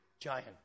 giant